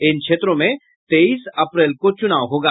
इन क्षेत्रों में तेईस अप्रैल को चुनाव होगा